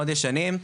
מאוד ישנים,